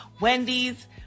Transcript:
Wendy's